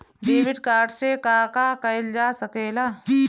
Debit card से का का कइल जा सके ला?